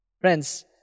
Friends